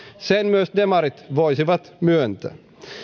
sen myös demarit voisivat myöntää